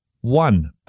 One